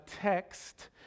text